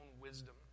wisdom